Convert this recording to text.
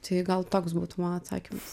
tai gal toks būtų mano atsakymas